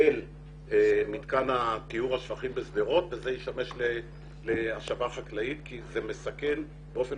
אל מתקן טיהור השפכים בשדרות וזה ישמש להשבה חקלאית כי זה מסכן באופן